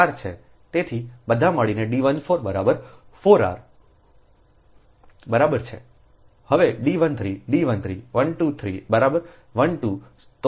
તેથી બધા મળીને D 14 બરાબર 4 r બરાબર છે હવે D 13 D 13 1 2 3 બરાબર1 2 So